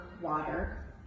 water